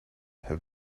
have